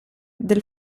del